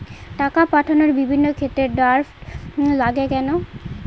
টাকা পাঠানোর বিভিন্ন ক্ষেত্রে ড্রাফট লাগে কেন?